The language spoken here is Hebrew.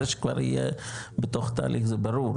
זה שכבר יהיה בתוך תהליך זה ברור,